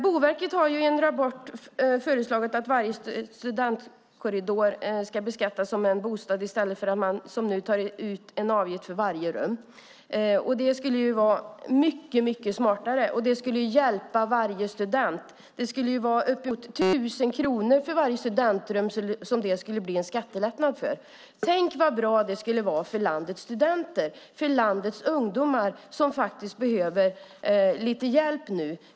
Boverket har i en rapport föreslagit att varje studentkorridor ska beskattas som en bostad i stället för att som nu ta ut en avgift för varje rum. Det skulle vara mycket smartare, och det skulle hjälpa varje student. Det skulle innebära en skattelättnad på upp till tusen kronor för varje studentrum. Tänk vad bra det skulle vara för landets studenter och ungdomar som faktiskt behöver lite hjälp nu.